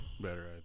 better